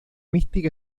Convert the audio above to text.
mística